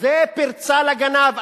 זה פרצה לגנב.